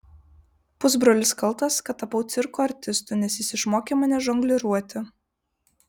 pusbrolis kaltas kad tapau cirko artistu nes jis išmokė mane žongliruoti